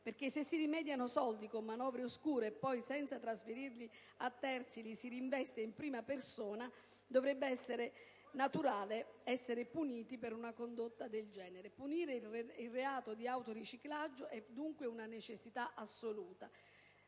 se si rimediano soldi con manovre oscure e, poi, senza trasferirli a terzi, li si reinveste in prima persona, dovrebbe essere naturale essere puniti per tale condotta. Punire il reato di autoriciclaggio è dunque una necessità assoluta.